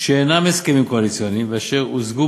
שאינם הסכמים קואליציוניים ואשר הושגו